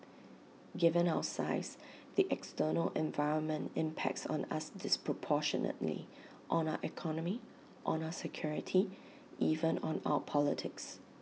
given our size the external environment impacts on us disproportionately on our economy on our security even on our politics